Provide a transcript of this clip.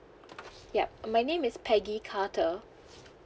yup uh my name is peggy carter